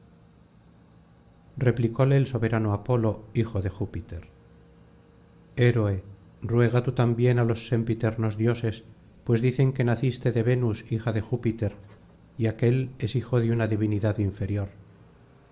replicóle el soberano apolo hijo de júpiter héroel ruega tú también á los sempiternos dioses pues dicen que naciste de venus hija de júpiter y aquél es hijo de una divinidad inferior